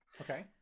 Okay